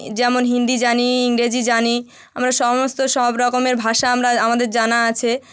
যেমন হিন্দি জানি ইংরেজি জানি আমরা সমস্ত সব রকমের ভাষা আমরা আমাদের জানা আছে